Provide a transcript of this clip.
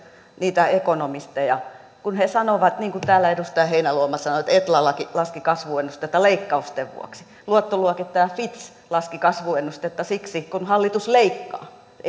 niitä ekonomisteja kun he sanovat niin kuin täällä edustaja heinäluoma sanoi että etlallakin laski kasvuennuste näitten leikkausten vuoksi luottoluokittaja fitch laski kasvuennustetta siksi että hallitus leikkaa